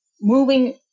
moving